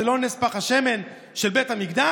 זה לא נס פך השמן של בית המקדש?